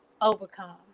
overcome